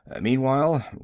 Meanwhile